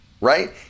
right